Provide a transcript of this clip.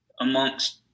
amongst